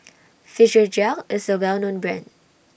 Physiogel IS A Well known Brand